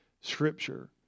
scripture